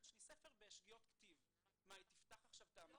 שלי ספר בשגיאות כתיב אז אנחנו נפתח מצלמה?